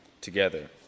together